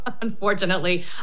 unfortunately